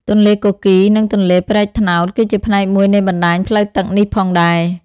ទន្លេគគីរ និង ទន្លេព្រែកត្នោត ក៏ជាផ្នែកមួយនៃបណ្តាញផ្លូវទឹកនេះផងដែរ។